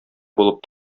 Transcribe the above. булып